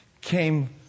came